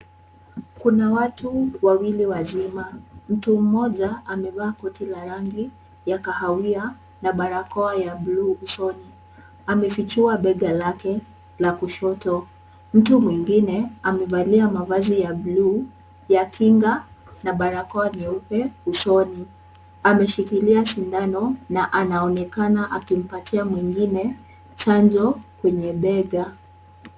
Kuna watu wawili wazima. Mtu mmoja amevaa koti la rangi ya kahawia na barakoa ya blue usoni. Amefichua bega lake la kushoto. Mtu mwingine amevalia mavazi ya blue ya kinga na barakoa nyeupe usoni. Ameshikilia sindano na anaonekana akimpatia mwingine chanjo kwenye bega.